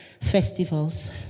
festivals